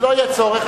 אם לא יהיה צורך,